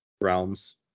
Realms